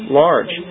large